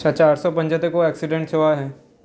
छा चारि सौ पंज ते को एक्सीडेंट थियो आहे